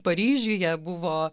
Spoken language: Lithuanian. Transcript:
paryžiuje buvo